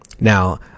Now